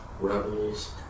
rebels